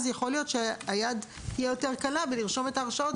שעבד ללא הרשאה,